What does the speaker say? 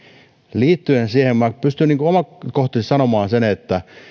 liittyen siihen minä pystyn omakohtaisesti sanomaan sen että kun